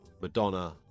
Madonna